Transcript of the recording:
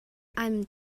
einem